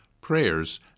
prayers